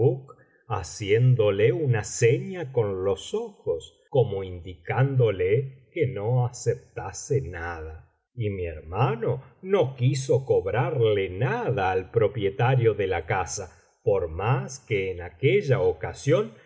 haciéndole una seña con los ojos como indicándole que no aceptase nada y mi hermano no quiso cobrarle nada al propietario de la casa por más que en aquella ocasión